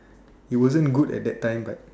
it wasn't good at that time but